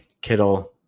Kittle